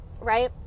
right